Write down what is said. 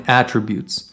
attributes